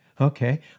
Okay